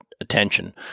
attention